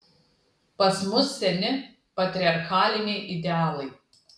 pas mus seni patriarchaliniai idealai